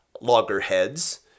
loggerheads